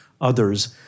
others